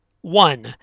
One